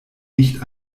nicht